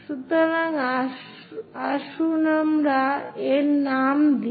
সুতরাং আসুন আমরা এর নাম দেই